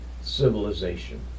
civilization